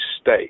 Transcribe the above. state